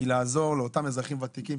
כי לעזור לאותם אזרחים ותיקים,